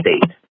state